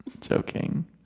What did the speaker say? Joking